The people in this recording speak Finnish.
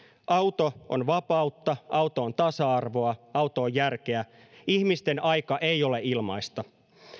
auto on vapautta auto on tasa arvoa auto on järkeä ihmisten aika ei ole ilmaista